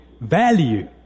value